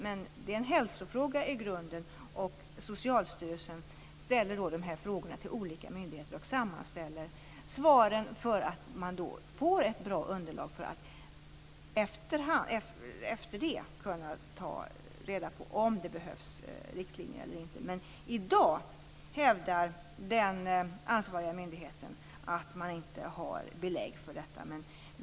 Men det är i grunden en hälsofråga. Socialstyrelsen ställer frågor till olika myndigheter, och sammanställer svaren för att få ett bra underlag. Efter detta kan man sedan ta reda på om riktlinjer behövs eller inte. Den ansvariga myndigheten hävdar att det inte finns belägg för detta i dag.